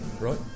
right